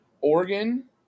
Oregon